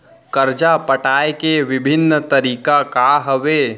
करजा पटाए के विभिन्न तरीका का हवे?